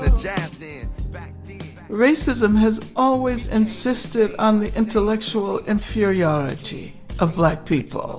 it's at the back racism has always insisted on the intellectual inferiority of black people.